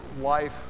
life